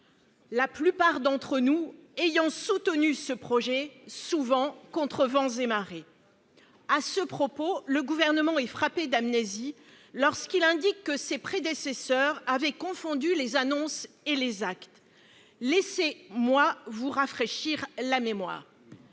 la plupart d'entre nous ayant soutenu ce projet, souvent contre vents et marées. À ce propos, le Gouvernement est frappé d'amnésie lorsqu'il indique que ses prédécesseurs avaient « confondu les annonces et les actes ». Laissez-moi vous rafraîchir la mémoire